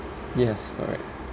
yes correct